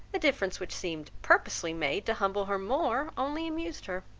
a difference which seemed purposely made to humble her more, only amused her.